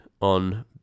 on